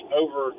over